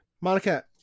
Monica